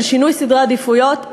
של שינוי סדרי עדיפויות,